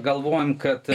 galvojam kad